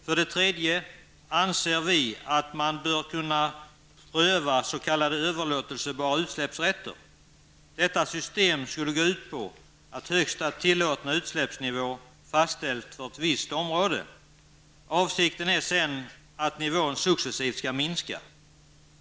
För det tredje anser vi att man bör kunna pröva s.k. överlåtelsebara utsläppsrätter. Detta system skulle gå ut på att högsta tillåtna utsläppsnivå fastställs för ett visst område. Avsikten är sedan att nivån successivt skall minska.